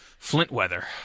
Flintweather